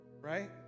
right